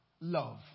love